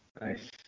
Nice